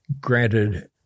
granted